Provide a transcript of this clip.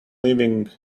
living